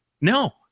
no